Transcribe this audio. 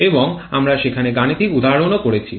এবং আমরা সেখানে গানিতিক উদাহরণও করেছি